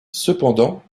cependant